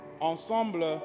Ensemble